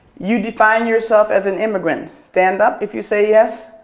you define yourself as an immigrant. stand up if you say yes.